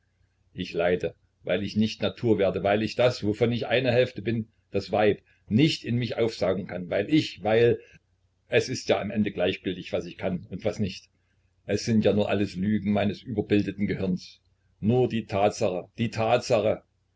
ich leide weil ich nicht natur werden weil ich das wovon ich eine hälfte bin das weib nicht in mich aufsaugen kann weil ich weil es ist ja am ende gleichgültig was ich kann und was nicht es sind ja nur alles lügen meines überbildeten gehirns nur die tatsache die tatsache